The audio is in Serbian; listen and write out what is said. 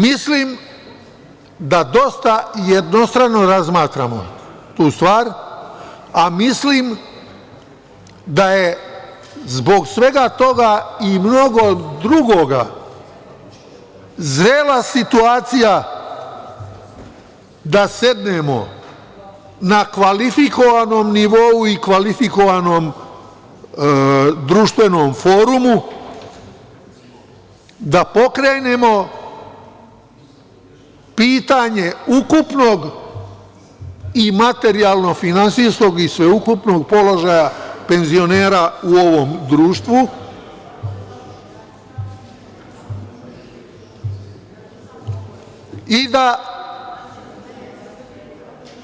Mislim da dosta jednostrano razmatramo tu stvar, a mislim i da je zbog svega toga i mnogo drugoga, zrela situacija da sednemo na kvalifikovanom nivou i kvalifikovanom društvenom forumu da pokrenemo pitanje ukupnog i materijalno-finansijskog i sveukupnog položaja penzionera u ovom društvu i da